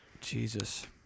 Jesus